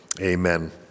Amen